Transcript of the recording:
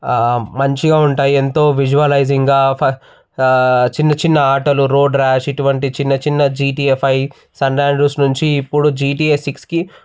మంచిగా ఉంటాయి ఎంతో విజువలైజింగ్గా ఫర్ చిన్న చిన్న ఆటలు రోడ్ ర్యాష్ ఇటువంటి చిన్న చిన్న జీటీఎఫ్ఐ సన్రైజెస్ నుంచి ఇప్పుడు జీటీఏ సిక్స్కి